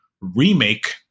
remake